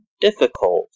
difficult